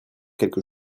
quelque